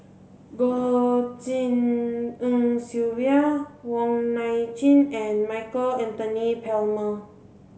Goh Tshin En Sylvia Wong Nai Chin and Michael Anthony Palmer